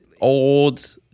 old